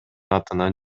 атынан